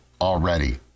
already